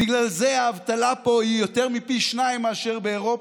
בגלל זה האבטלה פה היא יותר מפי שניים מאשר באירופה,